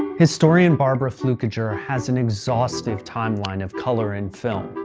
historian barbara flueckiger has an exhaustive timeline of color in film,